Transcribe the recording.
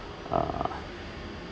err